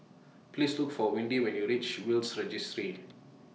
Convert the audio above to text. Please Look For Windy when YOU REACH Will's Registry